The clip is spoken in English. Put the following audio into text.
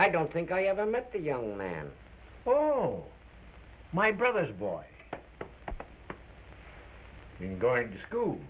i don't think i ever met the young man oh my brother's boy been going to school